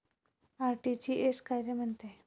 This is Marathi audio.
आर.टी.जी.एस कायले म्हनते?